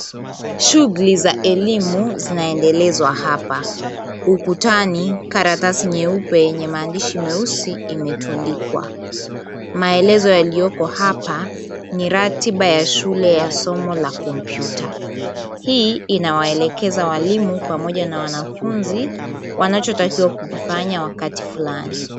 Shughuli za elimu zinaendelezwa hapa, ukutani, karatasi nyeupe yenye maandishi meusi imetundikwa. Maelezo yalioko hapa ni ratiba ya shule la somo la kompyuta. Hii inawaelekeza walimu pamoja na wanafunzi wanachotakiwa kukifanya wakati fulani.